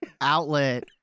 outlet